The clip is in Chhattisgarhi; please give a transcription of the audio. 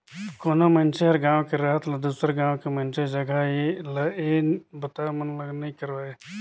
कोनो मइनसे हर गांव के रहत ल दुसर गांव के मइनसे जघा ले ये बता मन ला नइ करवाय